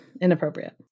Inappropriate